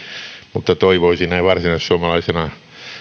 mutta toivoisin näin varsinaissuomalaisena